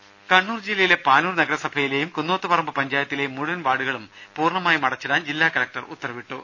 രുമ കണ്ണൂർ ജില്ലയിലെ പാനൂർ നഗരസഭയിലെയും കുന്നോത്തുപറമ്പ് പഞ്ചായത്തിലെയും മുഴുവൻ വാർഡുകളും പൂർണ്ണമായും അടച്ചിടാൻ ജില്ലാ കലക്ടർ ഉത്തരവിട്ടു